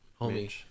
homie